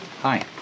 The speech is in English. Hi